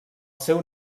seu